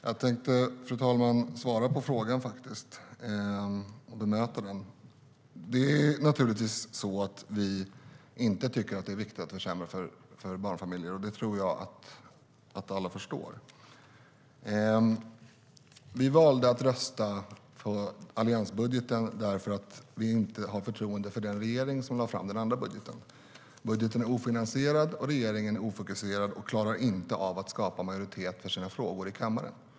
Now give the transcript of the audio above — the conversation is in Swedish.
Vi valde att rösta på alliansbudgeten för att vi inte har förtroende för den regering som lade fram den andra budgeten. Budgeten är ofinansierad, och regeringen är ofokuserad och klarar inte av att skapa majoritet för sina frågor i kammaren.